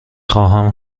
خواهم